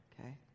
okay